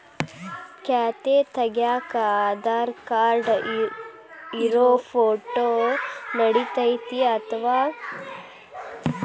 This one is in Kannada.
ಖಾತೆ ತಗ್ಯಾಕ್ ಆಧಾರ್ ಕಾರ್ಡ್ ಇರೋ ಫೋಟೋ ನಡಿತೈತ್ರಿ ಅಥವಾ ಬ್ಯಾರೆ ಫೋಟೋ ತರಬೇಕೋ?